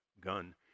gun